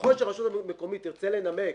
ככל שרשות מקומית תרצה לנמק,